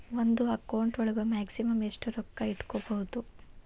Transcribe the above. ಒಂದು ಅಕೌಂಟ್ ಒಳಗ ಮ್ಯಾಕ್ಸಿಮಮ್ ಎಷ್ಟು ರೊಕ್ಕ ಇಟ್ಕೋಬಹುದು?